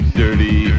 dirty